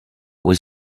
was